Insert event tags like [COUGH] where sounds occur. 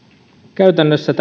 käytännössä [UNINTELLIGIBLE]